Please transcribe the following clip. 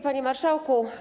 Panie Marszałku!